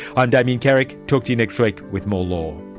i'm damien carrick, talk to you next week with more law